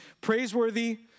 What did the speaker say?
praiseworthy